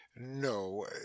No